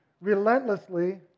relentlessly